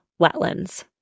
wetlands